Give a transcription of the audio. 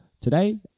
Today